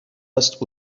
است